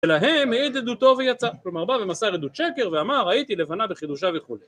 אלא הם העיד עדותו ויצא, כלומר בא ומסר עדות שקר ואמר ראיתי לבנה בחידושה וכולי.